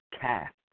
cast